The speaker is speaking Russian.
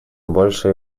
больше